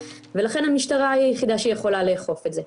ולכן המשטרה היא היחידה שיכולה לאכוף את זה.